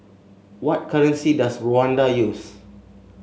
what currency does Rwanda use